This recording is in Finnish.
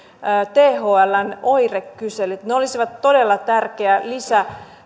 thln oirekyselyt ne olisivat todella tärkeä lisä